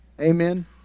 Amen